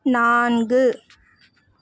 நான்கு